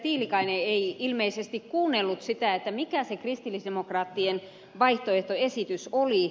tiilikainen ei ilmeisesti kuunnellut mikä se kristillisdemokraattien vaihtoehtoesitys oli